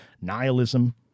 nihilism